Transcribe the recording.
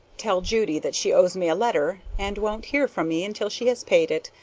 tell judy that she owes me a letter, and won't hear from me until she has paid it.